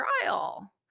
trial